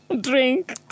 Drink